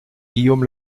guillaume